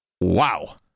Wow